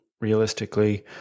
realistically